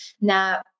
Now